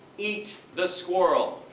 eat the squirrel.